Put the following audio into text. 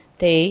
thì